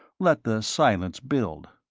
let the silence build.